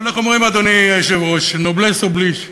אנחנו אומרים, אדוני היושב-ראש, noblesse oblige,